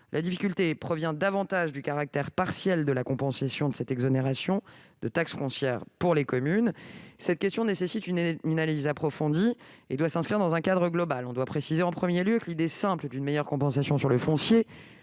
La difficulté provient davantage du caractère partiel de la compensation de cette exonération de taxe foncière pour les communes, question nécessitant une analyse approfondie et devant s'inscrire dans un cadre global. On doit préciser, en premier lieu, que l'idée simple d'une meilleure compensation sur le foncier